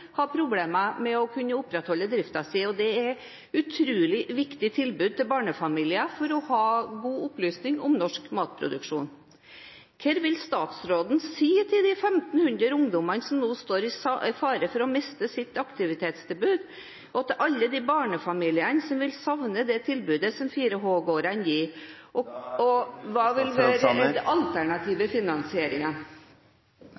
problemer med å kunne opprettholde driften sin. Det er et utrolig viktig tilbud til barnefamilier for å få god opplysning om norsk matproduksjon. Hva vil statsråden si til de 15 000 ungdommene som nå står i fare for å miste sitt aktivitetstilbud, og til alle de barnefamiliene som vil savne det tilbudet som 4H-gårdene gir? Hva vil være alternativ